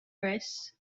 rice